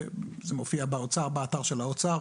זה מופיע באתר של האוצר